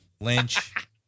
Lynch